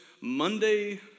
Monday